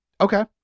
okay